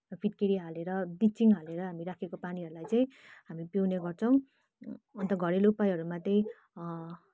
फिटकेरी हालेर ब्लिचिङ हालेर हामी राखेको पानीहरूलाई चाहिँ हामी पिउने गर्छौँ अन्त घरेलु उपायहरूमा त्यही